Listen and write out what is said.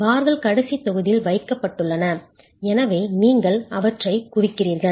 பார்கள் கடைசித் தொகுதியில் வைக்கப்பட்டுள்ளன எனவே நீங்கள் அவற்றைக் குவிக்கிறீர்கள்